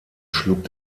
schlug